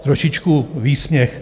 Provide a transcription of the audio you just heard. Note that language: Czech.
Trošičku výsměch.